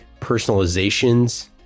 personalizations